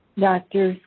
dr.